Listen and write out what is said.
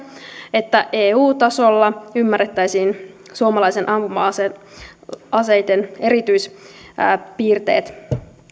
että eu tasolla ymmärrettäisiin suomalaisten ampuma aseiden erityispiirteet